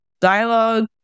dialogue